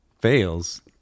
fails